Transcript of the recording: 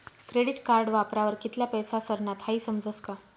credit card वापरावर कित्ला पैसा सरनात हाई समजस का